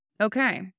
okay